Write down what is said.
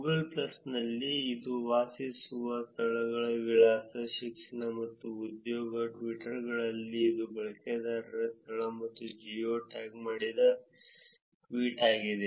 Google ಪ್ಲಸ್ನಲ್ಲಿ ಇದು ವಾಸಿಸುವ ಸ್ಥಳಗಳ ವಿಳಾಸ ಶಿಕ್ಷಣ ಮತ್ತು ಉದ್ಯೋಗ ಟ್ವಿಟರ್ ಗಳಲ್ಲಿ ಇದು ಬಳಕೆದಾರರ ಸ್ಥಳ ಮತ್ತು ಜಿಯೋ ಟ್ಯಾಗ್ ಮಾಡಿದ ಟ್ವೀಟ್ ಆಗಿದೆ